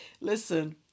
Listen